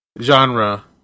genre